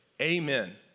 Amen